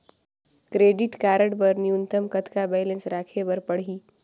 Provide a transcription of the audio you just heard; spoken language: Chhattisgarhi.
क्रेडिट कारड बर न्यूनतम कतका बैलेंस राखे बर पड़ही?